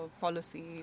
policy